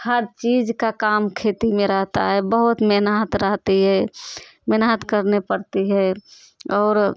हर चीज का काम खेती में रहता है बहुत मेहनत रहती है मेहनत करनी पड़ती है और